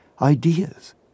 ideas